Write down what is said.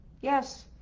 yes